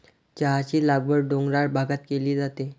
चहाची लागवड डोंगराळ भागात केली जाते